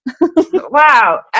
wow